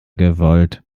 gewollt